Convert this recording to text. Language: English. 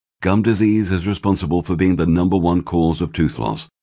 gum disease is responsible for being the number one cause of tooth loss.